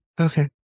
Okay